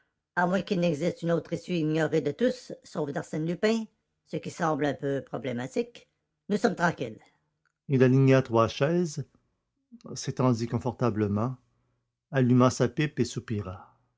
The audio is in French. à moins qu'il n'existe une autre issue ignorée de tous sauf d'arsène lupin ce qui semble un peu problématique nous sommes tranquilles il aligna trois chaises s'étendit confortablement alluma sa pipe et soupira